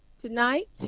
tonight